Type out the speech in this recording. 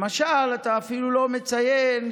למשל, אתה אפילו לא מציין,